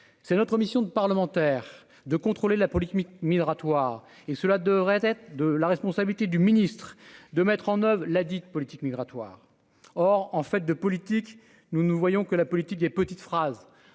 c'est notre mission de parlementaire de contrôler la politique migratoire et cela devrait être de la responsabilité du ministre de mettre en oeuvre la digue politique migratoire, or en fait de politique, nous nous voyons que la politique des petites phrases,